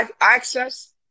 access